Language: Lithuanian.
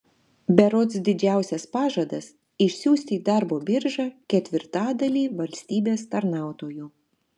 berods didžiausias pažadas išsiųsti į darbo biržą ketvirtadalį valstybės tarnautojų